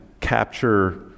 capture